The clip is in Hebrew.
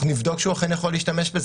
אנחנו נבדוק שהוא אכן יכול להשתמש בזה.